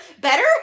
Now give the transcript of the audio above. Better